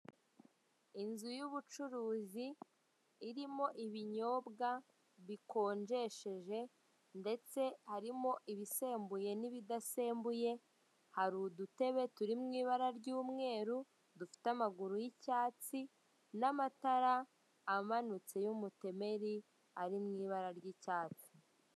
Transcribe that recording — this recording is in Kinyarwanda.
Inzu y'ubucuruzi, irimo ibinyobwa bikonjesheje, ndetse harimo ibisembuye n'ibidasembuye, hari udutebe turi mu ibara ry'umweru, dufite amaguru y'icyatsi, n'amatara amanutse y'umutemeri ari mu ibara ry'icyatsi.